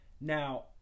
now